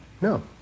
No